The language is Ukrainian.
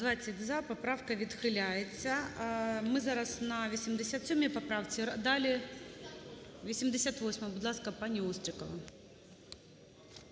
За-20 Поправка відхиляється. Ми зараз на 87 поправці. Далі 88-а. Будь ласка, пані Острікова